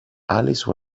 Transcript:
alice